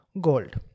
gold